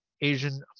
Asian